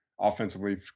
offensively